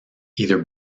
either